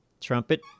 Trumpet